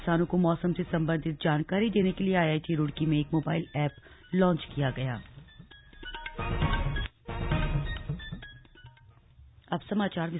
किसानों को मौसम से संबंधित जानकारी देने के लिए आईआईटी रूड़की में एक मोबाइल एप लांच की गई